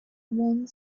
one